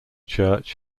church